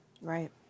Right